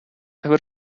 ever